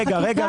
רגע,